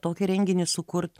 tokį renginį sukurt